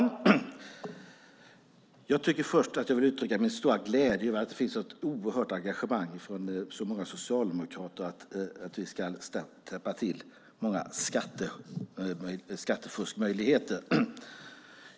Herr talman! Jag vill först uttrycka min stora glädje över att det finns ett så oerhört engagemang från så många socialdemokrater för att täppa till många skattefuskmöjligheter.